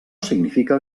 significa